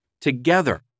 Together